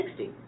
60